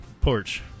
porch